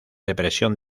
depresión